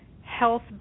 Health